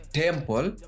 temple